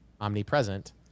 omnipresent